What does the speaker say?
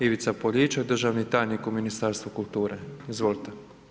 Ivica Poljičak, državni tajnik u Ministarstvu kulture, izvolite.